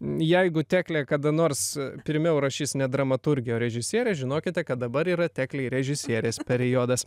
jeigu teklė kada nors pirmiau rašys ne dramaturgė o režisierė žinokite kad dabar yra teklei režisierės periodas